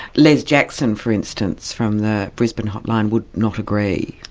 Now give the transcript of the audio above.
les jackson, for instance from the brisbane hotline would not agree.